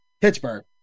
Pittsburgh